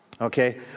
Okay